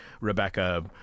Rebecca